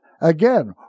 Again